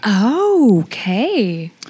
Okay